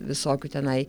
visokių tenai